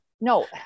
No